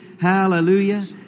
Hallelujah